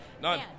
none